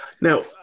now